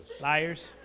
liars